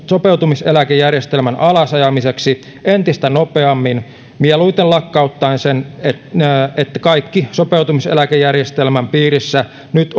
sopeutumiseläkejärjestelmän alasajamiseksi entistä nopeammin mieluiten lakkauttaen sen siten että kaikki sopeutumiseläkejärjestelmän piirissä nyt